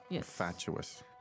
fatuous